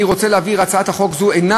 אני רוצה להבהיר: הצעת החוק הזו אינה